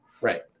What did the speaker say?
Right